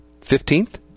Fifteenth